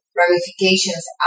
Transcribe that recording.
ramifications